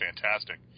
fantastic